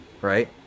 Right